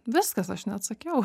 viskas aš neatsakiau